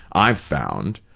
i've found,